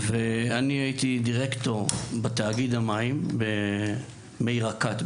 הייתי אז דירקטור בתאגיד המים העירוני מי רקת,